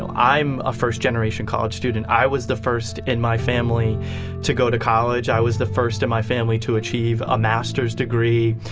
i'm a first-generation college student. i was the first in my family to go to college. i was the first in my family to achieve a master's degree.